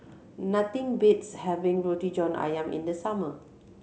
nothing beats having Roti John Ayam in the summer